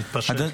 להתפשר,